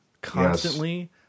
constantly